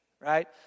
right